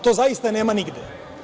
To zaista nema nigde.